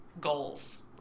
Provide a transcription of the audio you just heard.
goals